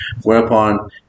whereupon